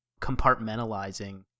compartmentalizing